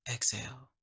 Exhale